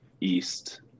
East